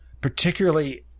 particularly